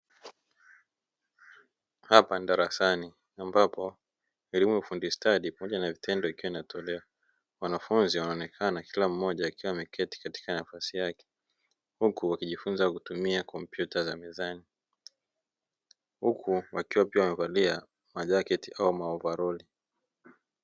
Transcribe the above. Hapa ni darasani ambapo elimu ya ufundi stadi pamoja na vitendo ikiwa inatolewa wanafunzi wanaonekana kila mmoja akiwa ameketi katika nafasi yake huku wakijifunza kutumia kompyuta za mezani huku wakiwa pia wamevalia majaketi au ma ovalori.